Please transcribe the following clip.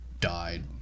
died